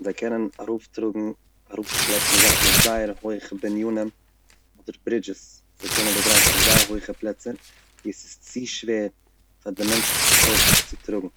זיי קענען ארויפטראגן, ארויפשלעפן זאכן אויף זייער הויכע בנינים, אדער ברידזשעס, צו קענען דערגרייכן זייער הויכע פלעצער ווי עס איז צו שווער פאר די מענטשליכע כוחות צו טראגן.